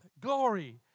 Glory